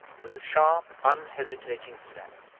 with a sharp, unhesitating step,